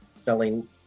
selling